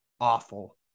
awful